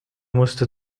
musste